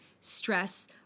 stress